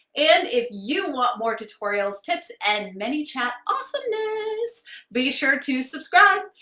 and if you want more tutorials, tips and many chat awesomeness, be sure to subscribe.